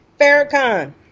Farrakhan